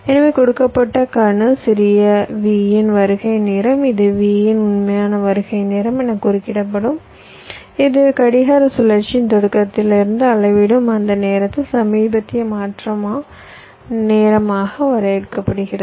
எனவே கொடுக்கப்பட்ட கணு சிறிய v இன் வருகை நேரம் இது V இன் உண்மையான வருகை நேரம் எனக் குறிக்கப்படும் இது கடிகார சுழற்சியின் தொடக்கத்திலிருந்து அளவிடும் அந்த நேரத்தில் சமீபத்திய மாற்றம் நேரமாக வரையறுக்கப்படுகிறது